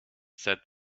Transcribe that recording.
said